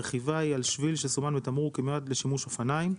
הרכיבה היא על שביל שסומן בתמרור כמיועד לשימוש אופניים,